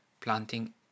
planting